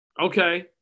Okay